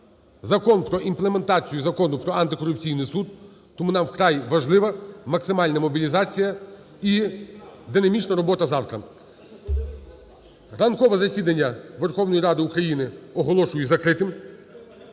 Закон про імплементацію Закону про антикорупційний суд. Тому нам вкрай важлива максимальна мобілізація і динамічна робота завтра. Ранкове засідання Верховної Ради України оголошую закритим.